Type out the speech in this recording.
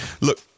look